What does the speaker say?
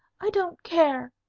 i don't care,